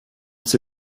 sie